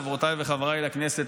חברותיי וחבריי לכנסת,